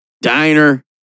Diner